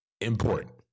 Important